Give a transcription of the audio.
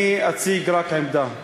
אני אציג רק עמדה,